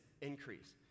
increase